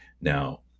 Now